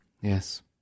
Yes